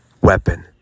weapon